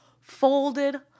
folded